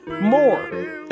more